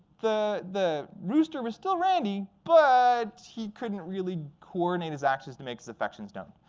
the the rooster was still randy, but he couldn't really coordinate his actions to make his affections known.